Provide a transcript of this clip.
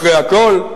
אחרי הכול,